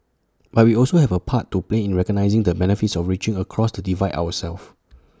but we also have A part to play in recognising the benefits of reaching across the divide ourselves